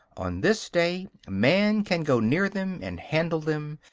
on this day man can go near them and handle them,